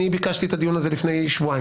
אני ביקשתי את הדיון הזה לפני שבועיים,